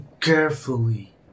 carefully